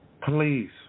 please